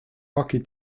hockey